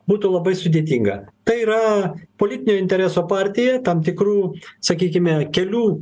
būtų labai sudėtinga tai yra politinio intereso partija tam tikrų sakykime kelių